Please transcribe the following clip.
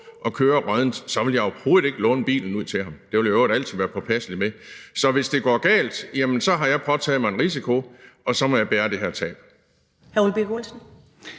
at køre råddent, ville jeg overhovedet ikke låne bilen ud til ham. Det ville jeg i øvrigt altid være påpasselig med. Så hvis det går galt, har jeg påtaget mig en risiko, og så må jeg bære det her tab. Kl. 10:15 Første